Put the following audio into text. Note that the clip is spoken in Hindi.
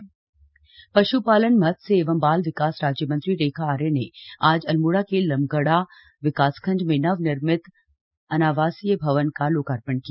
अनावासीय भवन लोकार्पण पश्पालनमत्स्य एवं बाल विकास राज्य मंत्री रेखा आर्या ने आज अल्मोड़ा के लमगड़ा विकासखंड में नव निर्मित अनावासीय भवन का लोकार्पण किया